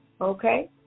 Okay